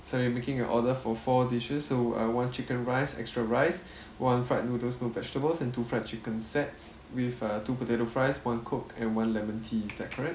so you're making your order for four dishes so uh one chicken rice extra rice one fried noodles no vegetables and two fried chicken sets with uh two potato fries one coke and one lemon tea is that correct